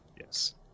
Yes